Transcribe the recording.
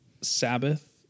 Sabbath